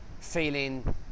feeling